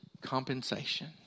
compensation